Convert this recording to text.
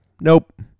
nope